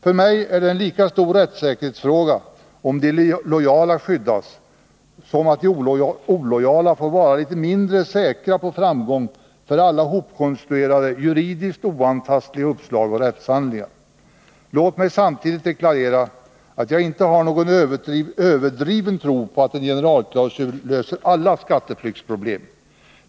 För mig är det en lika stor rättssäkerhetsfråga att de lojala skyddas som att de olojala får vara litet mindre säkra på framgång för alla hopkonstruerade juridiska uppslag och rättshandlingar. Låt mig samtidigt deklarera att jag inte har någon överdriven tro på att en generalklausul löser alla skatteflyktsproblem.